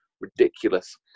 Ridiculous